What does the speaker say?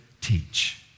teach